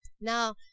Now